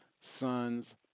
son's